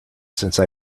since